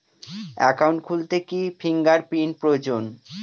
Account খুলতে কি fingerprint প্রয়োজন?